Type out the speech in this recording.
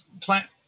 plant